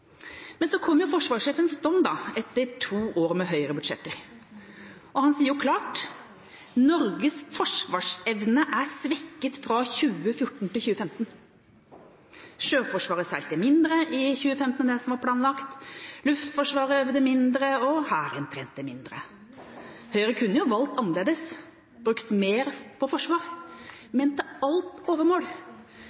Men så kom forsvarssjefens dom etter to år med høyrebudsjetter. Han sier klart: Norges forsvarsevne ble svekket fra 2014 til 2015. Sjøforsvaret seilte mindre i 2015 enn det som var planlagt, Luftforsvaret øvde mindre, og Hæren trente mindre. Høyre kunne valgt annerledes, brukt mer på forsvar,